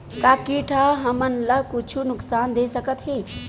का कीट ह हमन ला कुछु नुकसान दे सकत हे?